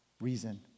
reason